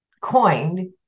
coined